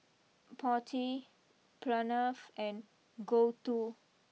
Potti Pranav and Gouthu